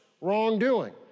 wrongdoing